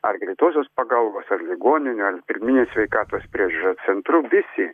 ar greitosios pagalbos ar ligoninių ar pirminės sveikatos priežiūros centrų visi